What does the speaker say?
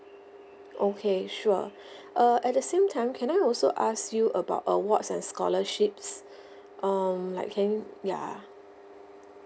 okay sure uh at the same time can I also ask you about awards and scholarships um like can you ya